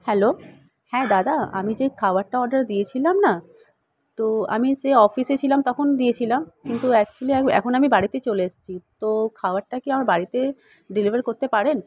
hello হ্যাঁ দাদা আমি যেই খাবারটা অর্ডার দিয়েছিলাম না তো আমি সে অফিসে ছিলাম তখন দিয়েছিলাম কিন্তু অ্যাকচুয়েলি আমি এখন আমি বাড়িতে চলে এসেছি তো খাবারটা কি আমার বাড়িতে ডেলিভার করতে পারেন